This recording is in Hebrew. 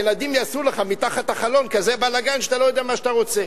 הילדים יעשו לך מתחת לחלון כזה בלגן שאתה לא יודע מה שאתה רוצה.